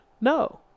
No